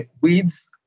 weeds